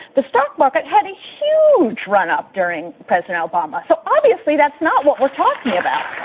the stock market had a huge run-up during president obama. so, obviously, that's not what we're talking about.